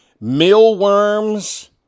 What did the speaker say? mealworms